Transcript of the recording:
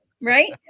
right